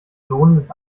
lohnendes